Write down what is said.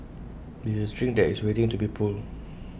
this is A string that is waiting to be pulled